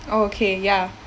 oh okay ya